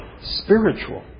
spiritual